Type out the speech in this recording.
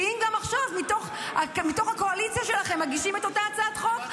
כי אם גם עכשיו מתוך הקואליציה שלכם מגישים את אותה הצעת חוק,